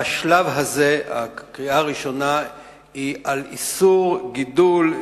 בשלב הזה הקריאה הראשונה היא על איסור גידול,